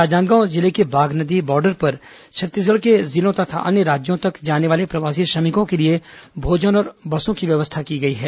राजनांदगांव जिले के बागनदी बार्डर पर छत्तीसगढ़ के जिलों तथा अन्य राज्यों तक जाने वाले प्रवासी श्रमिकों के लिए भोजन और बसों की व्यवस्था की गई है